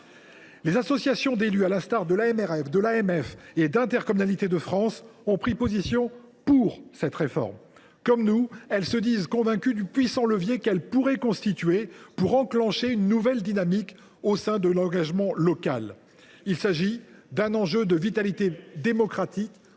et des présidents d’intercommunalité (AMF) et d’Intercommunalités de France, ont pris position en faveur de cette réforme. Comme nous, elles se disent convaincues du puissant levier qu’elle pourrait constituer pour enclencher une nouvelle dynamique au sein de l’engagement local. Il y a là un enjeu de vitalité démocratique